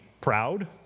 proud